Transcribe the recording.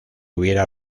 hubiera